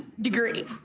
degree